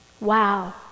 Wow